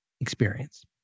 experience